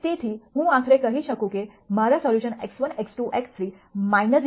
તેથી હું આખરે કહી શકું મારા સોલ્યુશન x1 x2 x3 0